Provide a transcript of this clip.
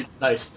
Nice